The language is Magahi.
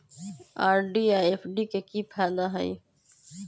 आर.डी आ एफ.डी के कि फायदा हई?